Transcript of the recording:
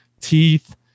teeth